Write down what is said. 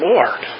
Lord